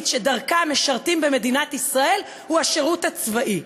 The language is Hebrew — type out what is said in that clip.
שדרכה משרתים במדינת ישראל היא השירות הצבאי.